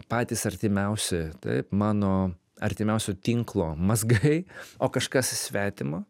patys artimiausi taip mano artimiausio tinklo mazgai o kažkas svetimo